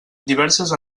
diverses